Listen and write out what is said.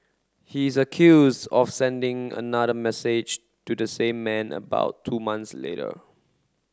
he is accuse of sending another message to the same man about two months later